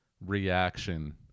reaction